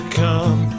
come